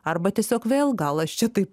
arba tiesiog vėl gal aš čia taip